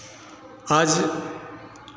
आज